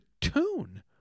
tune